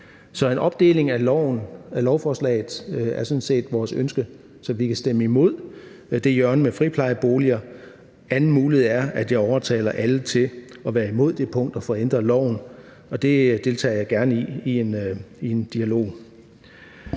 Så en opdeling af lovforslaget er sådan set vores ønske, så vi kan stemme imod det hjørne med friplejeboliger. En anden mulighed er, at jeg overtaler alle til at være imod det punkt og får ændret loven, og det deltager jeg gerne i en dialog